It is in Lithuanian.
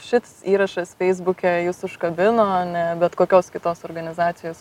šits įrašas feisbuke jus užkabino ne bet kokios kitos organizacijos